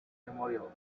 memorials